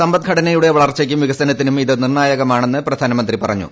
സമ്പദ്ഘടനയുടെ വളർച്ചയ്ക്കും വികസനത്തിനും ഇത് നിർണ്ണായകമാണെന്ന് പ്രധാനമന്ത്രി പറഞ്ഞു